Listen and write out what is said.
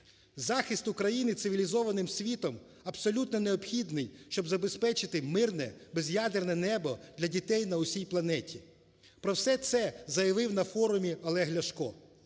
Захист України цивілізованим світом абсолютно необхідний, щоб забезпечити мирне, без'ядерне небо для дітей на усій планеті. Про все це заявив на форумі Олег Ляшко,